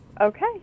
Okay